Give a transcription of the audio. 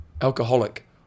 alcoholic